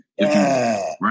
right